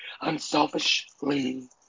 unselfishly